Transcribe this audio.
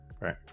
right